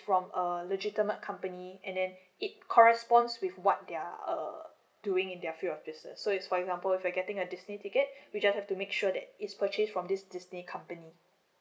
from a legitimate company and then it corresponds with what their uh doing in their field of business so it's for example if you are getting a disney ticket we just have to make sure that it's purchase from this disney company